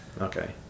Okay